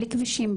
בלי כבישים,